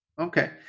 Okay